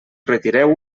retireu